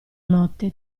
notte